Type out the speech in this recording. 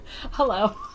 Hello